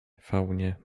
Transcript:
faunie